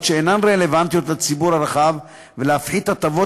שאינן רלוונטיות לציבור הרחב ולהפחית הטבות